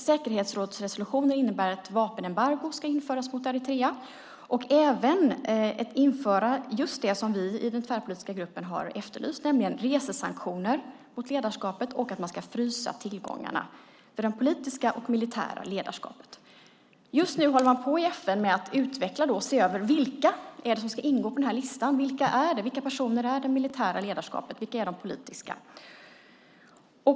Säkerhetsrådsresolutionen innebär att ett vapenembargo ska införas mot Eritrea och att det även införs just det som vi i den tvärpolitiska gruppen har efterlyst, nämligen resesanktioner mot ledarskapet och att man ska frysa tillgångarna för det politiska och det militära ledarskapet. Just nu håller FN på att se över vilka personer som ska ingå på listan, vilka personer som är det militära ledarskapet och vilka som är de politiska.